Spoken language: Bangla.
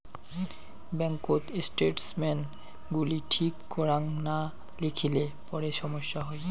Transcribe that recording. ব্যাঙ্ককোত স্টেটমেন্টস গুলি ঠিক করাং না লিখিলে পরে সমস্যা হই